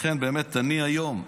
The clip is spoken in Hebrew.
לכן באמת אני היום,